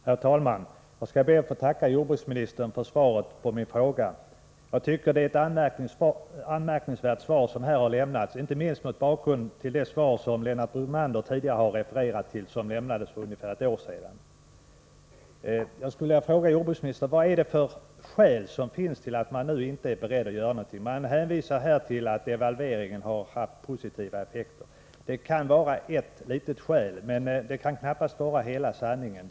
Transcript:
Herr talman! Jag skall be att få tacka jordbruksministern för svaret på min fråga. Det är ett anmärkningsvärt svar som här lämnats, inte minst mot bakgrund av det svar som Lennart Brunander tidigare refererade till och som lämnades för ungefär ett år sedan. Jag skulle vilja fråga jordbruksministern: Vad finns det för skäl till att man nu inte är beredd att göra någonting? Jordbruksministern hänvisar till att devalveringen har haft positiva effekter. Det kan vara ett skäl, men knappast hela sanningen.